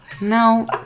No